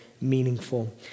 Meaningful